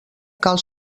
cal